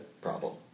problem